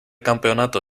campeonato